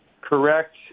correct